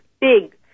big